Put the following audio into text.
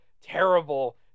terrible